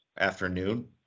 afternoon